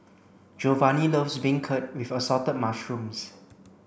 Giovanni loves beancurd with assorted mushrooms